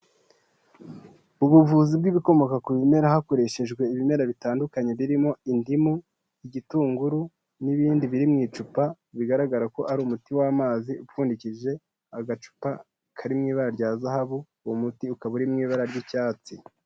Ubuvuzi bw'ibikomoka ku bimera hakoreshejwe ibimera bitandukanye birimo indimu, igitunguru, n'ibindi biri mu icupa bigaragara ko ari umuti w'amazi upfundikije agacupa kari mu ibara rya zahabu, uwo muti ukaba uri mu ibara ry'icyatsi.